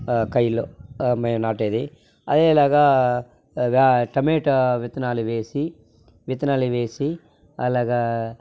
కైలో మేం నాటేది అదేలాగా టమోటా విత్తనాలు వేసి విత్తనాలు వేసి అలాగా